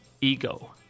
ego